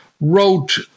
wrote